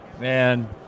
man